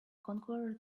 conquer